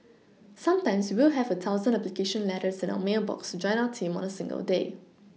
sometimes we will have a thousand application letters in our mail box to join our team on a single day